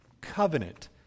Covenant